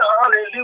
hallelujah